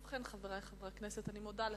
ובכן, חברי חברי הכנסת, אני מודה לך,